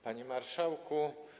Panie Marszałku!